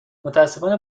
متاسفانه